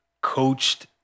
coached